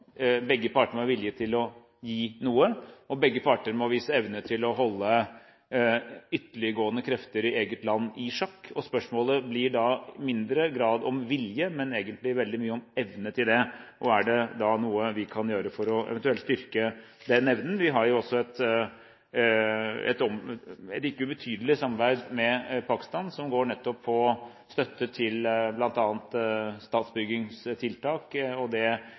Begge parter må være villige til å gi noe, og begge parter må vise evne til å holde ytterliggående krefter i eget land i sjakk. Spørsmålet blir da i mindre grad om vilje, og veldig mye om evne, til det. Er det noe vi kan gjøre for eventuelt å styrke den evnen? Vi har et ikke ubetydelig samarbeid med Pakistan som går nettopp på støtte til bl.a. statsbyggingstiltak.